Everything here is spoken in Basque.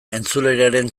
entzuleriaren